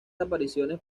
apariciones